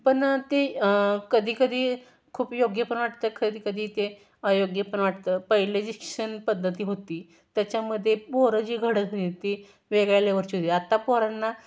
पण ते कधी कधी प योग्य पण वाटतं कधीकधी ते अयोग्य पण वाटतं पहिले जे शिक्षणपद्धती होती त्याच्यामध्ये पोरं जी घडत होती ती वेगळ्या लेव्हरची होती आत्ता पोरांना